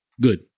Good